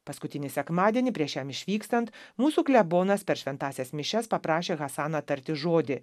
paskutinį sekmadienį prieš jam išvykstant mūsų klebonas per šventąsias mišias paprašė hasaną tarti žodį